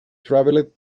travelled